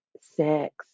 six